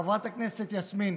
חברת הכנסת יסמין,